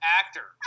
actor